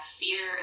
fear